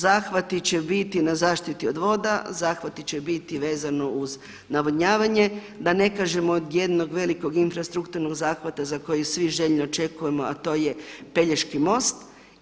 Zahvati će biti na zaštiti od voda, zahvati će biti vezano uz navodnjavanje da ne kažemo od jednog velikog infrastrukturnog zahvata za koji svi željni očekujemo a to je Pelješki most.